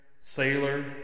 Sailor